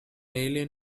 alien